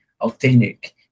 authentic